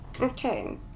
Okay